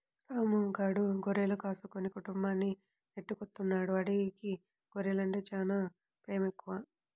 రాము గాడు గొర్రెలు కాసుకుని కుటుంబాన్ని నెట్టుకొత్తన్నాడు, ఆడికి గొర్రెలంటే చానా పేమెక్కువ